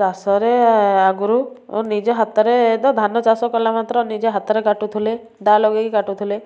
ଚାଷରେ ଆଗରୁ ନିଜ ହାତରେ ତ ଧାନ ଚାଷ କଲା ମାତ୍ରେ ନିଜ ହାତରେ କାଟୁଥିଲେ ଦା ଲଗାଇକି କାଟୁଥିଲେ